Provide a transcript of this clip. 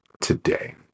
today